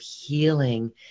healing